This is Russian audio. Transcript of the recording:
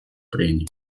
прений